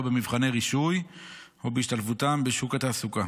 במבחני רישוי ולהשתלבותם בשוק התעסוקה.